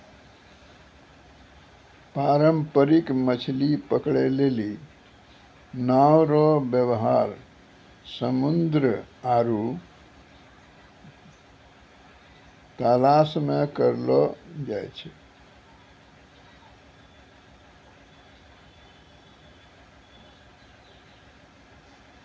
पारंपरिक मछली पकड़ै लेली नांव रो वेवहार समुन्द्र आरु तालाश मे करलो जाय छै